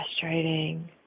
frustrating